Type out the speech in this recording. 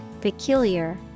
peculiar